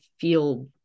feel